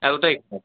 এতোটাই খারাপ